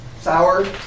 sour